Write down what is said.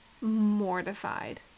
mortified